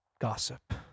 Gossip